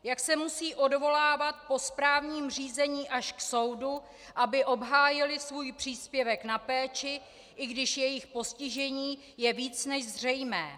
Jak se musejí odvolávat po správním řízení až k soudu, aby obhájili svůj příspěvek na péči, i když jejich postižení je víc než zřejmé.